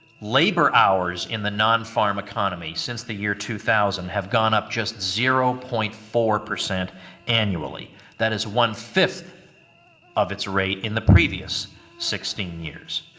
labor hours in the non-farm economy, since the year two thousand have gone up just zero point four percent annually that is one-fifth of its rate in the previous sixteen years.